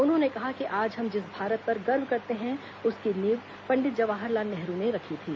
उन्होंने कहा कि आज हम जिस भारत पर गर्व करते हैं उसकी नींव पंडित जवाहर लाल नेहरू ने रखी थी